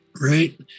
right